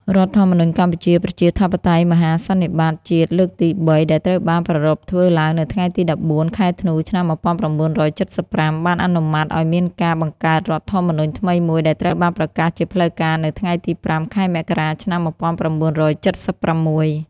រដ្ឋធម្មនុញ្ញកម្ពុជាប្រជាធិបតេយ្យមហាសន្និបាតជាតិលើកទី៣ដែលត្រូវបានប្រារព្ធធ្វើឡើងនៅថ្ងៃទី១៤ ខែធ្នូ ឆ្នាំ១៩៧៥ បានអនុម័តឱ្យមានការ បង្កើតរដ្ឋធម្មនុញ្ញថ្មីមួយដែលត្រូវបានប្រកាសជាផ្លូវការនៅ ថ្ងៃទី៥ ខែមករា ឆ្នាំ១៩៧៦ ។